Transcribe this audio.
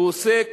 הוא עוסק